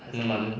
mm